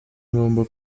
ngomba